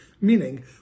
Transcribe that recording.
Meaning